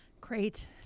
Great